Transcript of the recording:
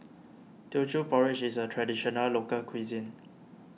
Teochew Porridge is a Traditional Local Cuisine